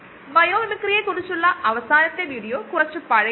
വാസ്തവത്തിൽ ഇത് ബയോ വ്യവസായത്തിലെ ജോലി ചെയുന്ന കുതിരയെ പോലെയാണ്